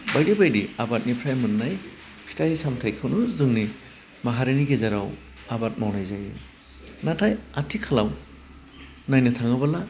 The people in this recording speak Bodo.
बायदि बायदि आबादनिफ्राइ मोन्नाय फिथाइ सामथाइखौनो जोंनि माहारिनि गेजेराव आबाद मावनायजों नाथाय आथिखालाव नायनो थाङोबोला